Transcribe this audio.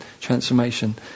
transformation